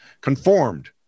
conformed